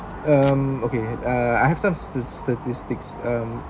um okay uh I have some sta~ statistics um